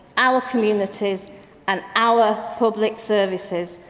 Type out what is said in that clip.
our communities and our public services.